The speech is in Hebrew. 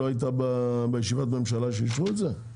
לא הייתה בישיבת ממשלה שאישרו את זה?